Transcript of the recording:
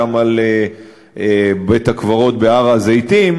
גם על בית-הקברות בהר-הזיתים.